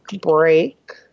break